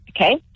Okay